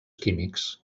químics